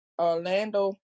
Orlando